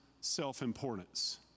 self-importance